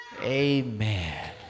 Amen